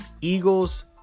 Eagles